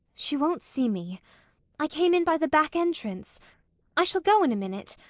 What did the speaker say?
she won't see me i came in by the back entrance i shall go in a minute.